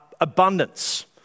abundance